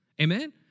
Amen